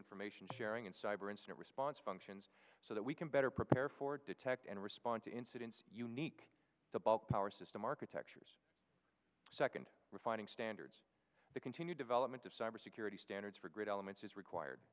information sharing and cyber instant response functions so that we can better prepare for detect and respond to incidents unique to bulk power system architectures second refining standards the continued development of cybersecurity standards for grid elements is required